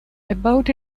about